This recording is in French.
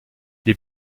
des